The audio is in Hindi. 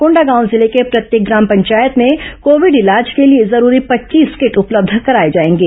कोंडागांव जिले के प्रत्येक ग्राम पंचायतों में कोविड इलाज के लिए जरूरी पच्चीस किट उपलब्ध कराए जाएंगे